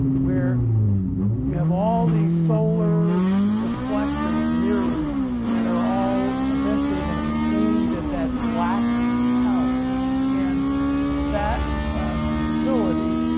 where you have all these solar reflectors, mirrors that are all eventually going to be aimed at that black tower and that facility,